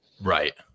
right